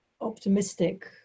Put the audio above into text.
optimistic